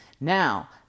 Now